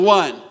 one